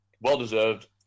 well-deserved